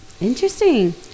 Interesting